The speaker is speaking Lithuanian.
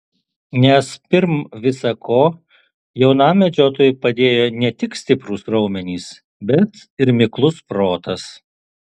nes pirm visa ko jaunam medžiotojui padėjo ne tik stiprūs raumenys bet ir miklus protas